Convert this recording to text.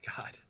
God